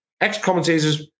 ex-commentators